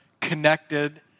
connected